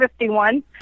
51